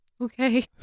Okay